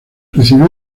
recibió